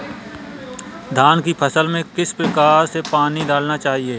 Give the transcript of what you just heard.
धान की फसल में किस प्रकार से पानी डालना चाहिए?